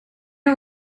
nog